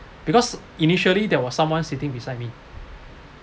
because initially there was someone sitting beside me